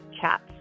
chats